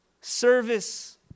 Service